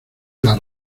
las